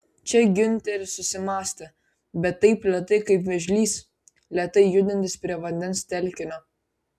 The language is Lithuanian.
čia giunteris susimąstė bet taip lėtai kaip vėžlys lėtai judantis prie vandens telkinio